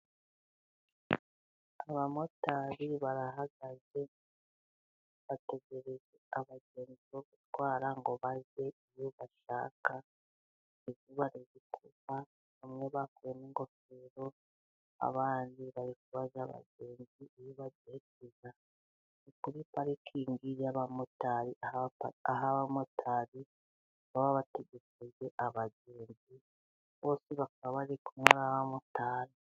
Abamotari barahagaze bategereje abagenzi bo kutwara ngo bajye iyo bashaka, izuba riri kuva, bamwe bakuyemo ingofero, abandi bari kubaza abagenzi iyo bagiye kujya, bari kuri parikingi y'abamotari aho abamotari baba bategereje abagenzi, bose bakaba bari kumwe n'abamotari.